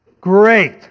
Great